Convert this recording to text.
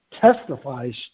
testifies